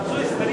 אדוני השר,